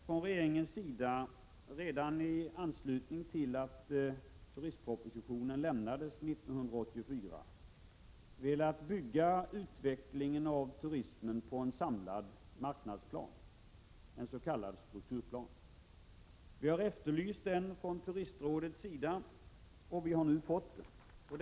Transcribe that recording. Från regeringens sida har vi redan i anslutning till att turistpropositionen avlämnades år 1984 velat bygga utvecklingen av turismen på en samlad marknadsplan, ens.k. strukturplan. Vi har efterlyst den från turistrådet, och vi har nu fått en sådan.